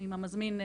אם המזמין,